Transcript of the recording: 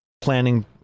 planning